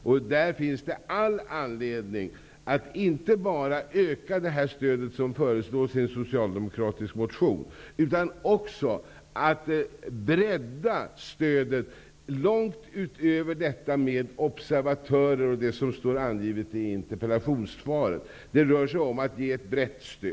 Det finns all anledning att inte bara öka det här stödet, som föreslås i en socialdemokratisk motion, utan också att bredda stödet långt utöver detta med observatörer och sådant som sades i interpellationssvaret. Det handlar om att vi skall ge ett brett stöd.